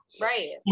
Right